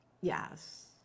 Yes